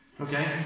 okay